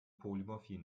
polymorphie